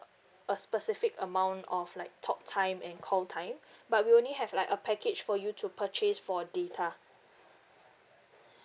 a specific amount of like talk time and call time but we only have like a package for you to purchase for data